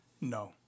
No